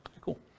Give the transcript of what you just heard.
Cool